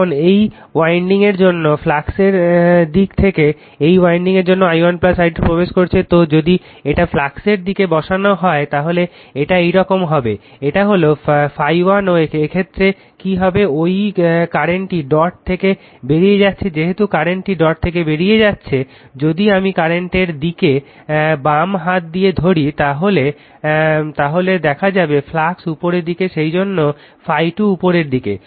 এখন এই ওয়াইডিং এর জন্য ফ্লাক্সের দিক থেকে এই ওয়াইন্ডিং এর জন্য i1 i2 প্রবেশ করছে তো যদি এটা ফ্লাক্সের দিকে বসানো হয় তাহলে এটা এইরকম হবে এটা হলো ∅1 ও এক্ষেত্রে কি হবে ঐ কারেন্টটি ডট থেকে বেরিয়ে যাচ্ছে যেহেতু কারেন্টটি ডট থেকে বেরিয়ে যাচ্ছে যদি আমি কারেন্টের দিকে বাম হাত দিয়ে ধরি তাহলে দেখা যাবে ফ্লাক্স উপরের দিকে সেইজন্য ∅2 উপরের দিকে